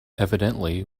evidently